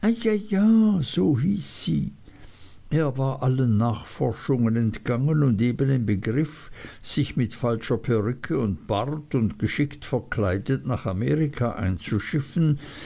so hieß sie er war allen nachforschungen entgangen und eben im begriff sich mit falscher perücke und bart und geschickt verkleidet nach amerika einzuschiffen